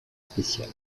spéciale